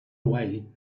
away